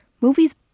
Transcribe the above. movies